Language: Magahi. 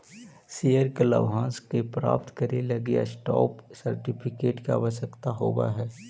शेयर के लाभांश के प्राप्त करे लगी स्टॉप सर्टिफिकेट के आवश्यकता होवऽ हइ